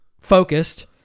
focused